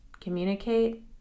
communicate